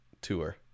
Tour